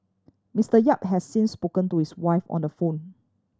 Mister Yap has since spoken to his wife on the phone